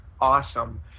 awesome